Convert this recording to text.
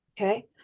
okay